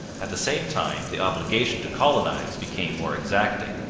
at the same time, the obligation to colonize became more exacting,